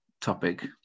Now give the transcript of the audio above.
Topic